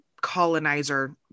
colonizer